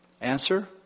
Answer